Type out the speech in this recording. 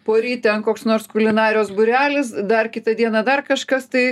poryt ten koks nors kulinarijos būrelis dar kitą dieną dar kažkas tai